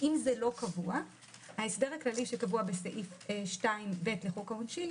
אם זה לא קבוע ההסדר הכללי שקבוע בסעיף 2(ב) לחוק העונשין